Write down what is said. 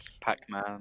Pac-Man